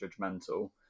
judgmental